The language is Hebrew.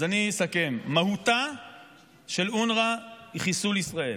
אז אני אסכם: מהותה של אונר"א היא חיסול ישראל.